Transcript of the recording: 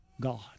God